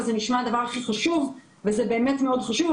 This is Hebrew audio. וזה באמת מאוד חשוב,